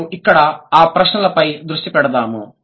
మరియు ఇక్కడి ఆ ప్రశ్నలపై దృష్టి పెడుదాము